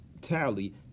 tally